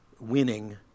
winning